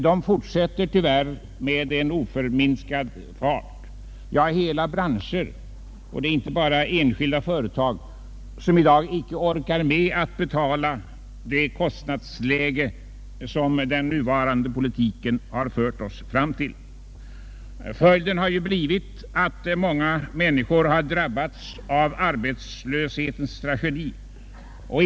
De fortsätter tyvärr med oförminskad fart. Det är hela branscher och inte bara enskilda företag som i dag inte orkar med det kostnadsläge som den nuvarande politiken har fört oss fram till. Följden har blivit att många människor drabbats av arbetslöshetens tragedi.